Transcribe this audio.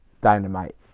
Dynamite